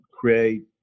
create